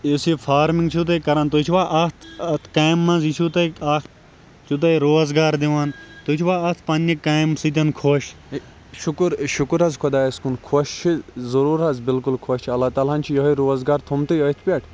ہے شُکُر شُکُر حظ خۄدایَس کُن خۄش چھِ ضرور حظ بلکل خۄش چھِ اللہ تعالیٰ ہَن چھُ یہے روزگار تھومت أتھۍ پٮ۪ٹھ